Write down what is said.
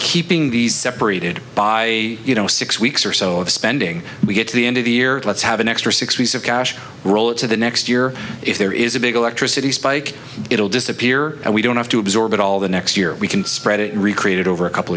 keeping these separated by you know six weeks or so of spending we get to the end of the year let's have an extra six weeks of cash roll it to the next year if there is a big electricity spike it will disappear and we don't have to absorb it all the next year we can spread it recreated over a couple